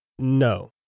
No